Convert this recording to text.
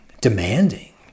demanding